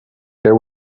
there